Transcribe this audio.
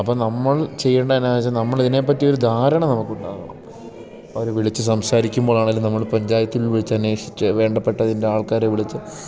അപ്പം നമ്മൾ ചെയ്യേണ്ടത് എന്താണെന്ന് വെച്ചാൽ നമ്മൾ ഇതിനെപ്പറ്റിയൊരു ധാരണ നമുക്ക് ഉണ്ടാകണം അവർ വിളിച്ച് സംസാരിക്കുമ്പോഴാണെങ്കിലും നമ്മൾ പഞ്ചായത്തിൽ വിളിച്ചന്വേഷിച്ച് വേണ്ടപ്പെട്ട അതിൻ്റെ ആൾക്കാരെ വിളിച്ച്